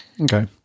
Okay